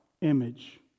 image